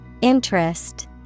Interest